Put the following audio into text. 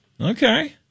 okay